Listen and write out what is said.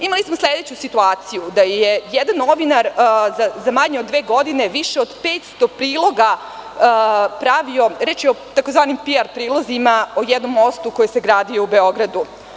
Imali smo sledeću situaciju da je jedan novinar za manje od dve godine više od petsto priloga pravio, reč je o tzv. PR prilozima o jednom mostu koji se gradio u Beogradu.